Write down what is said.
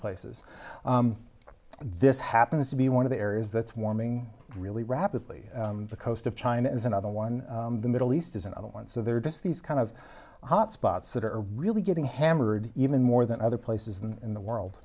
places this happens to be one of the areas that's warming really rapidly the coast of china is another one the middle east is another one so there are just these kind of hotspots that are really getting hammered even more than other places and in the world